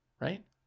Right